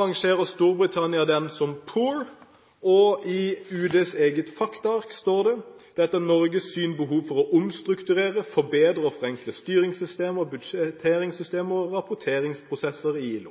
rangerer Storbritannia den som «poor», og i Utenriksdepartementets eget faktaark står det: «Det er etter Norges syn behov for å omstrukturere, forbedre og forenkle styrings-, budsjetterings- og rapporteringsprosesser i ILO.